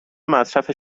مصرف